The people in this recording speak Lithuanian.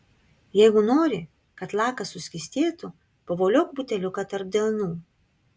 jeigu nori kad lakas suskystėtų pavoliok buteliuką tarp delnų